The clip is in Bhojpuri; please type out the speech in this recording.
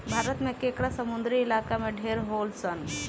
भारत में केकड़ा समुंद्री इलाका में ढेर होलसन